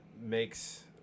makes